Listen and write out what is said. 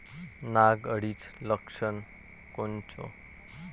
नाग अळीचं लक्षण कोनचं?